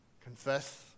Confess